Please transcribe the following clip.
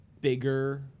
bigger